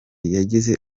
yagize